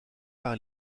par